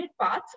paths